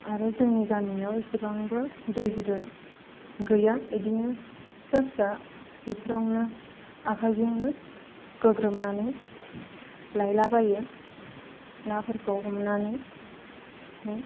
आरो जोंनि गामियाव एसेबांबो दै गिदिर गैया इदिनो फिसा फिसा बेफोरावनो आखाइजोंनो गोग्रोमनानै लायलाबायो नाफोरखौ हमनानै